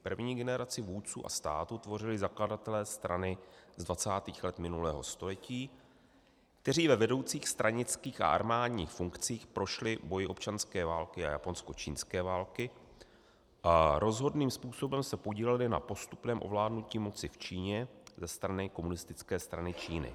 První generaci vůdců strany a státu tvořili zakladatelé strany z 20. let minulého století, kteří ve vedoucích stranických a armádních funkcích prošli boji občanské války a japonskočínské války a rozhodným způsobem se podíleli na postupném ovládnutí moci v Číně ze strany Komunistické strany Číny.